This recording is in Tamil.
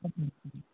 ஓகேங்க ஓகேங்க